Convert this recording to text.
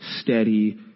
steady